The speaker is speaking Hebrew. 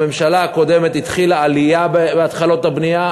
בממשלה הקודמת התחילה עלייה בהתחלות הבנייה,